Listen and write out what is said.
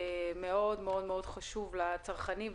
מאוד-מאוד חשוב לצרכנים,